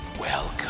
welcome